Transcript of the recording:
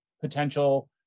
potential